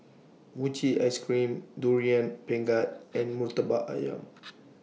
Mochi Ice Cream Durian Pengat and Murtabak Ayam